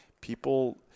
people